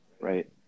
Right